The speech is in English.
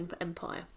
Empire